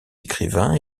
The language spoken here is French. écrivains